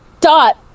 Dot